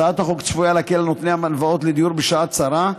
הצעת החוק צפויה להקל על נוטלי הלוואות לדיור בשעת צרה,